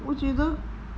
我觉得